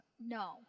No